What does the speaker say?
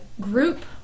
group